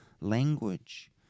language